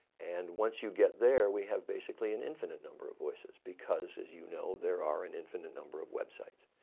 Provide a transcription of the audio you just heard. and once you get there, we have basically an infinite number of voices. because as you know, there are an infinite number of websites.